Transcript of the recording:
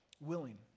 willing